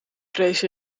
vrees